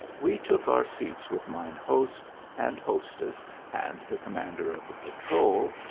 we took our seats with mine host and hostess and the commander of the patrol,